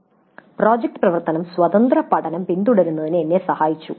"project പ്രവർത്തനം സ്വതന്ത്ര പഠനം പിന്തുടരുന്നതിൽ എന്നെ സഹായിച്ചു"